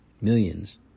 millions